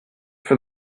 for